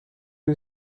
who